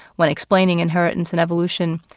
when explaining inheritance and evolution,